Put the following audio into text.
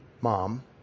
mom